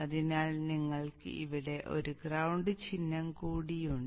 അതിനാൽ നിങ്ങൾക്ക് ഇവിടെ ഒരു ഗ്രൌണ്ട് ചിഹ്നം കൂടിയുണ്ട്